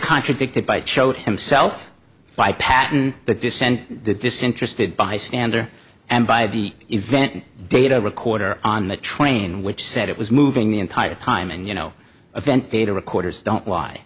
contradicted by cho himself by patton the descent disinterested bystander and by the event data recorder on the train which said it was moving the entire time and you know event data recorders don't lie